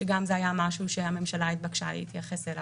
שגם לזה הממשלה התבקשה להתייחס.